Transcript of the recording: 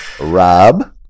Rob